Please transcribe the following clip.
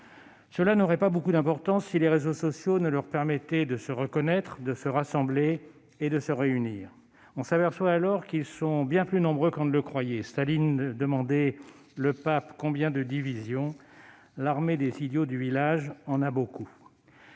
Cela n'aurait pas beaucoup d'importance si les réseaux sociaux ne leur permettaient de se reconnaître, de se rassembler et de se réunir. On s'aperçoit alors qu'ils sont bien plus nombreux qu'on ne le croyait. Staline demandait :« Le pape, combien de divisions »? L'armée des idiots du village en a beaucoup.